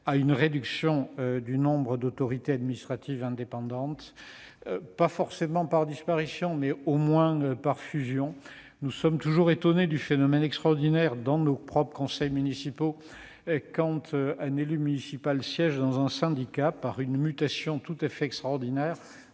à une réduction du nombre des autorités administratives indépendantes, pas forcément par disparition, mais au moins par fusion. Nous sommes toujours étonnés par un phénomène extraordinaire que nous observons dans nos propres conseils municipaux quand un élu municipal siège dans un syndicat : par une mutation tout à fait étonnante,